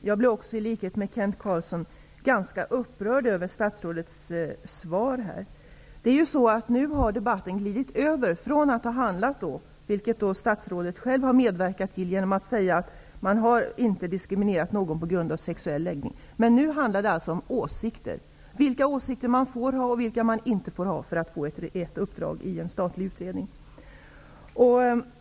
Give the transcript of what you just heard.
Fru talman! I likhet med Kent Carlsson blev också jag ganska upprörd över statsrådets svar. Statsrådet sade att ingen har diskriminerats på grund av sexuell läggning. Men statsrådet har nu själv medverkat till att debatten har glidit över till att handla om åsikter, vilka åsikter man får ha och vilka åsikter man inte får ha för att få ett uppdrag i en statlig utredning.